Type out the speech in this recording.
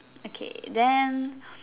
okay then